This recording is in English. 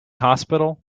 hospital